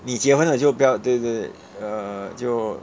你结婚了就不要对对 err 就